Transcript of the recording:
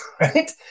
right